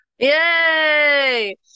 Yay